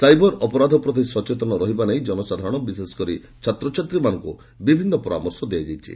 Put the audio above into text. cyber ଅପରାଧ ପ୍ରତି ସଚେତନ ରହିବା ନେଇ ଜନସାଧାରଣ ବିଶେଷ କରି ଛାତ୍ରଛାତ୍ରୀମାନଙ୍କୁ ବିଭିନ୍ନ ପରାମର୍ଶ ଦିଆଯାଇଛି